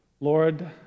Lord